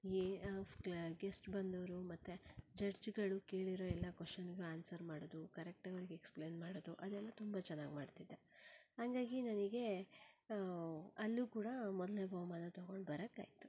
A ಸ್ಕ್ಲೆ guest ಬಂದೋರು ಮತ್ತು ಜಡ್ಜ್ಗಳು ಕೇಳಿರುವ ಎಲ್ಲ ಕ್ವೆಶನ್ಗೆ ಆನ್ಸರ್ ಮಾಡೋದು ಕರೆಕ್ಟಾಗಿ ಎಕ್ಸ್ಪ್ಲೈನ್ ಮಾಡೋದು ಅದೆಲ್ಲ ತುಂಬ ಚೆನ್ನಾಗಿ ಮಾಡ್ತಿದ್ದೆ ಹಾಗಾಗಿ ನನಗೆ ಅಲ್ಲೂ ಕೂಡ ಮೊದಲನೆಯ ಬಹುಮಾನ ತೊಗೊಂಡು ಬರಕ್ಕಾಯ್ತು